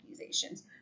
accusations